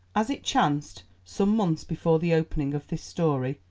as it chanced, some months before the opening of this story,